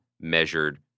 measured